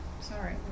sorry